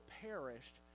perished